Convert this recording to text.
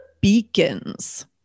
beacons